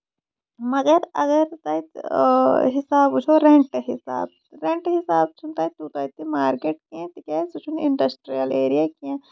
مَگر اَگر تَتہِ ٲ حِسابہٕ وُچھو رینٹہٕ حِسابہٕ رینٹہٕ حِسابہٕ تہِ چھُ نہٕ تَتہِ توٗتاہ تہِ مارکیٹ کیٚنٛہہ تِکیازِ سُہ چھُنہٕ اِنڈسٹریل ایریا کیٚنٛہہ